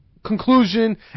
conclusion